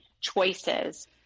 choices